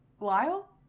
Lyle